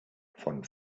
von